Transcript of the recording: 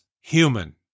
human